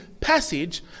passage